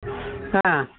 ಹಾಂ